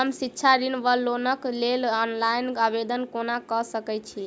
हम शिक्षा ऋण वा लोनक लेल ऑनलाइन आवेदन कोना कऽ सकैत छी?